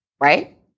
right